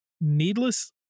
Needless